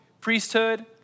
priesthood